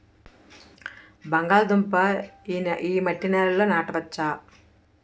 బంగాళదుంప నీ మట్టి నేలల్లో నాట వచ్చా?